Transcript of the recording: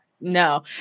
No